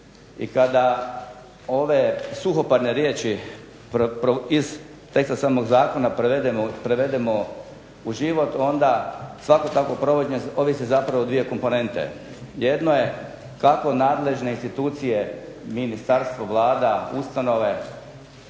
I kada ove suhoparne riječi iz teksta samog zakona prevedemo u život onda svako takvo provođenje ovisi zapravo o dvije komponente. Jedno je kako nadležne institucije ministarstvo, Vlada, ustanove